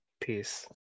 peace